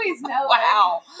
Wow